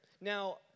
Now